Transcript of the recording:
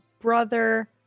brother